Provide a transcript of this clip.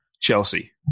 Chelsea